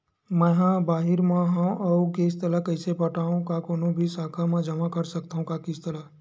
मैं हा बाहिर मा हाव आऊ किस्त ला कइसे पटावव, का कोनो भी शाखा मा जमा कर सकथव का किस्त ला?